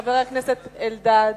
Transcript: חבר הכנסת אלדד.